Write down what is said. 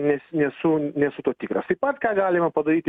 nes nesu nesu tuo tikras taip pat ką galima padaryti